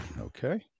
Okay